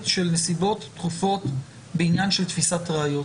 של נסיבות דחופות בעניין של תפיסת ראיות.